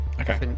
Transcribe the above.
Okay